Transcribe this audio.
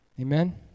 Amen